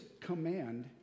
command